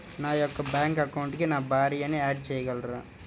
నా యొక్క బ్యాంక్ అకౌంట్కి నా భార్యని యాడ్ చేయగలరా?